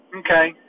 okay